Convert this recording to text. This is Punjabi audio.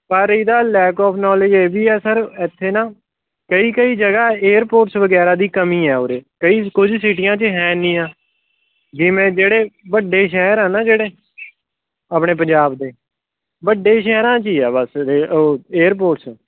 ਪਰ ਇਹਦਾ ਲੈਕ ਆਫ ਨੌਲੇਜ ਇਹ ਵੀ ਹੈ ਸਰ ਇੱਥੇ ਨਾ ਕਈ ਕਈ ਜਗ੍ਹਾ ਏਅਰਪੋਰਟਸ ਵਗੈਰਾ ਦੀ ਕਮੀ ਹੈ ਉਰੇ ਕਈ ਕੁਝ ਸਿਟੀਆਂ 'ਚ ਹੈ ਨਹੀਂ ਆ ਵੀ ਮੈਂ ਜਿਹੜੇ ਵੱਡੇ ਸ਼ਹਿਰ ਆ ਨਾ ਜਿਹੜੇ ਆਪਣੇ ਪੰਜਾਬ ਦੇ ਵੱਡੇ ਸ਼ਹਿਰਾਂ 'ਚ ਹੀ ਆ ਬਸ ਏ ਉਹ ਏਅਰਪੋਰਟਸ